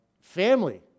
Family